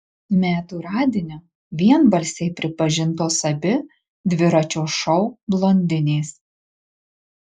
metų radiniu vienbalsiai pripažintos abi dviračio šou blondinės